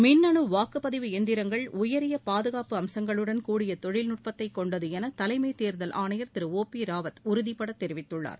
மின்னனு வாக்குப்பதிவு எந்திரங்கள் உயரிய பாதுகாப்பு அம்சங்களுடன் கூடிய தொழில்நுட்பத்தைக் கொண்டது என தலைமை தேர்தல் ஆணையர் திரு ஓ பி ராவத் உறுதிபட தெரிவித்துள்ளார்